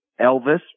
Elvis